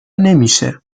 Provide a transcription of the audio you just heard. نمیشه